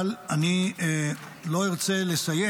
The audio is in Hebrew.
אבל אני לא רוצה לסיים